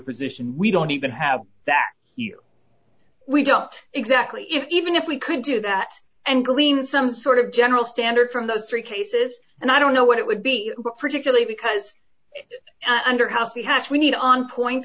position we don't even have that here we don't exactly even if we could do that and glean some sort of general standard from those three cases and i don't know what it would be particularly because at under house the hatch we need on point